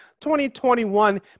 2021